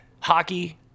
hockey